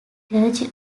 clergy